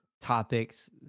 topics